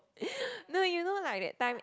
no you know like that time